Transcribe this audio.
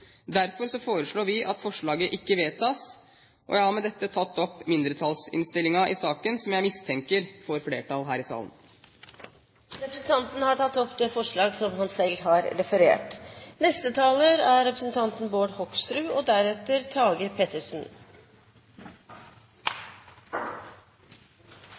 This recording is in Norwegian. Derfor foreslår vi at forslaget ikke vedtas. Jeg har med dette tatt opp mindretallsforslaget i saken, som jeg har mistanke om får flertall her i salen. Representanten Gorm Kjernli har tatt opp det forslaget han refererte til. Ikke veldig uventet etter å ha hørt saksordføreren legge fram saken, har